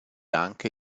anche